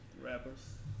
rappers